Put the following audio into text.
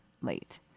late